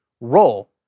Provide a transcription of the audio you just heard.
role